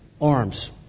arms